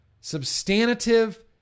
substantive